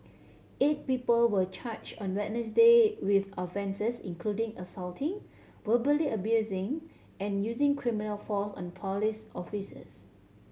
eight people were charged on Wednesday with offences including assaulting verbally abusing and using criminal force on police officers